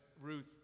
Ruth